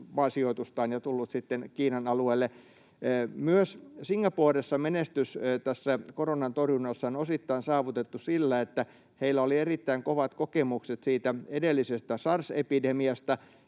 maasijoitustaan ja tullut sitten Kiinan alueelle. Myös Singaporessa menestys tässä koronan torjunnassa on osittain saavutettu sillä, että heillä oli erittäin kovat kokemukset siitä edellisestä sars-epidemiasta